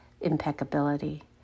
impeccability